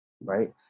right